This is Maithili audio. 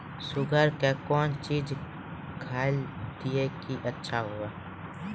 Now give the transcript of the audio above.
शुगर के कौन चीज खाली दी कि अच्छा हुए?